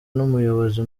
n’umuyobozi